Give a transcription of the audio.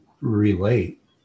relate